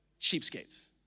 cheapskates